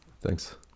Thanks